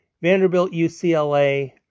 Vanderbilt-UCLA